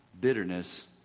bitterness